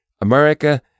America